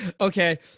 Okay